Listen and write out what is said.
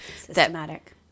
Systematic